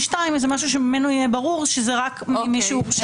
איזה משהו שממנו יהיה ברור שזה רק מישהו שהורשע.